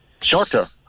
shorter